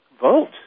vote